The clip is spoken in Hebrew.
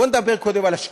בואו נדבר קודם על השקיפות.